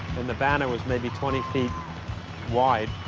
and the banner was maybe twenty feet wide.